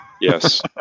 Yes